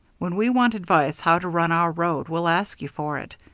when we want advice how to run our road we'll ask you for it.